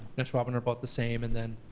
and ashwaubenon are about the same. and then